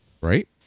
Right